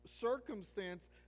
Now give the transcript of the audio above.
circumstance